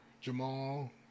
Jamal